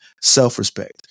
self-respect